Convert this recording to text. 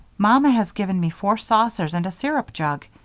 mamma has given me four saucers and a syrup jug,